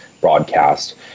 broadcast